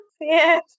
Yes